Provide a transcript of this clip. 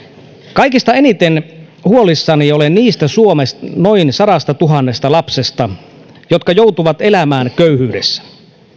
kaikista eniten huolissani olen niistä suomen noin sadastatuhannesta lapsesta jotka joutuvat elämään köyhyydessä